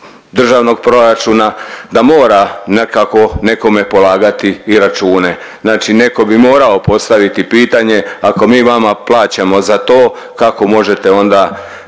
državnog proračuna da mora nekako nekome polagati i račune. Znači neko bi morao postaviti pitanje ako mi vama plaćamo za to kako možete onda